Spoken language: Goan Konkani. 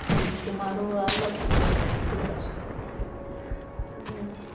सम सुमारू आहलो शिकपाचें ते भाशेन